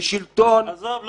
ושלטון הוא דבר -- עזוב,